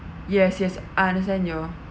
yes yes I understand your